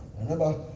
remember